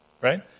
right